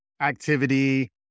activity